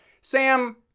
Sam